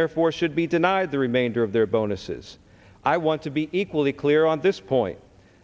therefore should be denied the remainder of their bonuses i want to be equally clear on this point